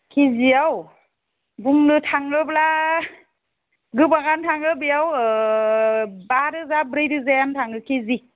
कि जि आव बुंनो थाङोब्ला गोबाङानो थाङो बेयाव ओ बा रोजा ब्रै रोजायानो थाङो के जि